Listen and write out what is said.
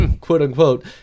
quote-unquote